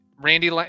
randy